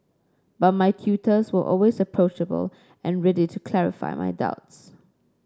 but my tutors were always approachable and ready to clarify my doubts